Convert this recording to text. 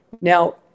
Now